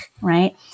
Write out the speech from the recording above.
right